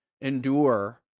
endure